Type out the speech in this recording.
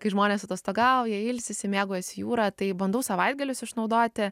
kai žmonės atostogauja ilsisi mėgaujasi jūra tai bandau savaitgalius išnaudoti